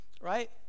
Right